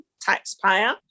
taxpayer